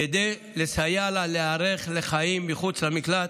כדי לסייע לה להיערך לחיים מחוץ למקלט.